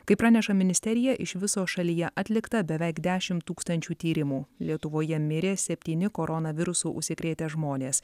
kaip praneša ministerija iš viso šalyje atlikta beveik dešim tūkstančių tyrimų lietuvoje mirė septyni koronavirusu užsikrėtę žmonės